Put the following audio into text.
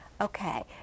Okay